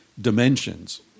dimensions